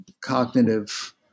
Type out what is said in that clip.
cognitive